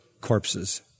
corpses